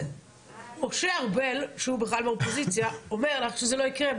משה ארבל שהוא בכלל באופוזיציה אומר שזה לא יקרה.